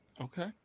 Okay